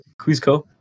Cusco